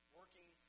working